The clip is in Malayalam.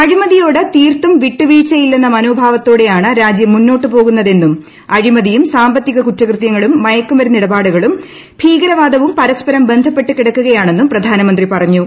അഴിമതിയോട് തീർത്തും വിട്ടുവീഴ്ചയില്ലെന്ന മനോഭാവത്തോടെയാണ് രാജൃം മുന്നോട്ടു പോകുന്നതെന്നും അഴിമതിയും സാമ്പിത്തിക കുറ്റകൃത്യങ്ങളും മയക്കുമരുന്ന് ഇടപാടുകളും ഭീകര്യഭൂദ്ദിവും പരസ്പരം ബന്ധപ്പെട്ടു കിടക്കുകയാണെന്നും പ്രധാനമൃത്തി പറഞ്ഞു